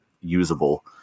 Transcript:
usable